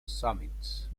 summit